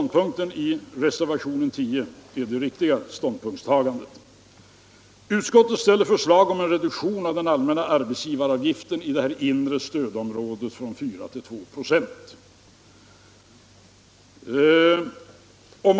Den i reservationen 10 redovisade ståndpunkten är den riktiga. Utskottsmajoriteten föreslår en reduktion av den allmänna arbetsgivaravgiften i det inre stödområdet från 4 till 2 96.